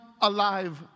alive